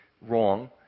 wrong